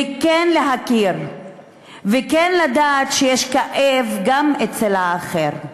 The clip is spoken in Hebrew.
כן להכיר וכן לדעת שיש כאב גם אצל האחר.